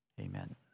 amen